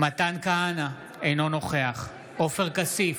מתן כהנא, אינו נוכח עופר כסיף,